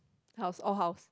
house all house